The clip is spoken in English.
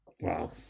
Wow